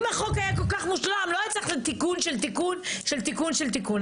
אם החוק היה כל כך מושלם לא היה צריך תיקון של תיקון של תיקון של תיקון.